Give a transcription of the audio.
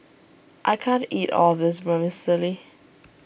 I can't eat all of this Vermicelli